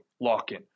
lock-in